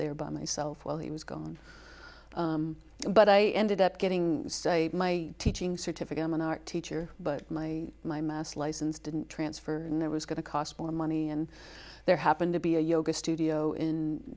there by myself while he was gone but i ended up getting my teaching certificate i'm an art teacher but my my mast license didn't transfer and there was going to cost more money and there happened to be a yoga studio in